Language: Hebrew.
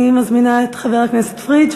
אני מזמינה את חבר הכנסת פרִיג',